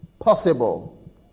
possible